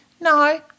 No